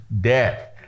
death